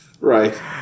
Right